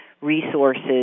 resources